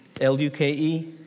L-U-K-E